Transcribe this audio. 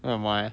为什么 leh